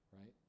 right